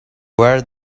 where